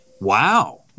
Wow